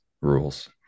rules